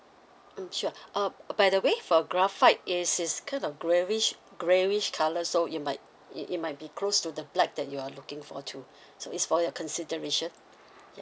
mm sure um by the way for graphite it's it's kind of greyish greyish colour so you might it it might be close to the black that you are looking for too so it's for your consideration ya